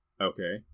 Okay